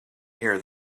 here